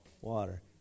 Water